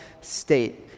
state